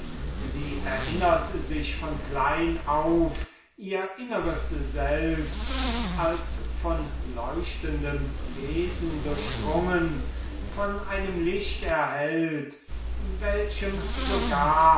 sie erinnert sich von klein auf ihr inneres selbst als von leuchtendem wesen durchdrungen von einem licht erhellt welchem sogar